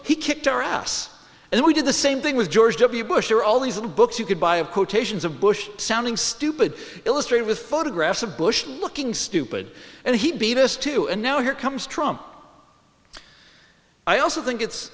he kicked our ass and we did the same thing with george w bush are all these little books you could buy of quotations of bush sounding stupid illustrated with photographs of bush looking stupid and he beat us too and now here comes trump i also think it's